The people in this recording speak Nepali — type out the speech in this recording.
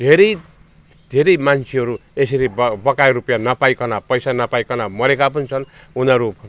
धेरै धेरै मान्छेहरू यसरी ब बकाया रुपियाँ नपाईकन पैसा नपाईकन मरेका पनि छन् उनीहरू